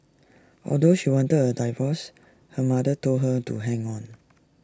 although she wanted A divorce her mother told her to hang on